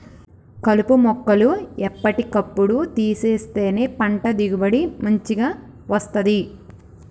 కలుపు మొక్కలు ఎప్పటి కప్పుడు తీసేస్తేనే పంట దిగుబడి మంచిగ వస్తది